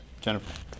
Jennifer